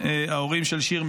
ההורים של שיר,